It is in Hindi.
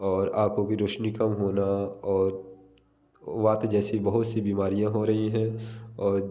और आँखों कि रौशनी कम होना और वात जैसी बहुत सी बीमारियाँ हो रही हैं और